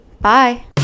Bye